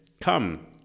Come